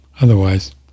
Otherwise